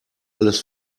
alles